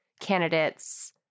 Candidates